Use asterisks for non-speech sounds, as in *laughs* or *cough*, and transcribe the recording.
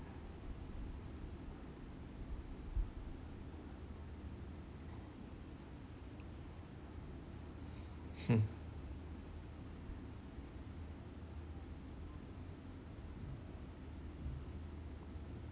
*laughs*